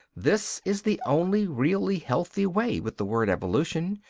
this is the only really healthy way with the word evolution,